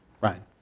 Ryan